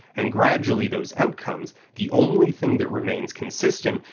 and gradually those outcomes, the only thing that remains consistent,